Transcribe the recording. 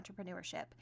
entrepreneurship